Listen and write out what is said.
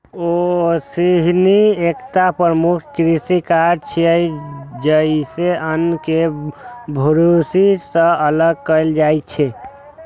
ओसौनी एकटा प्रमुख कृषि काज छियै, जइसे अन्न कें भूसी सं अलग कैल जाइ छै